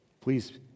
Please